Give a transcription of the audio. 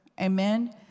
Amen